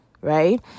right